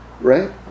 Right